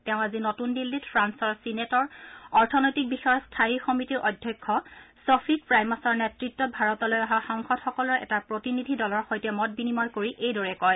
তেওঁ আজি নতুন দিল্লীত ফ্ৰালৰ চিনেটৰ অৰ্থনৈতিক বিষয়ৰ স্থায়ী সমিটিৰ অধ্যক্ষ চফিক প্ৰাইমাচৰ নেতত্ত ভাৰতলৈ অহা সংসদসকলৰ এটা প্ৰতিনিধি দলৰ সৈতে মত বিনিময় কৰি এইদৰে কয়